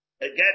again